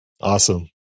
Awesome